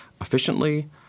efficiently